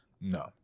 No